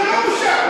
זאת לא בושה,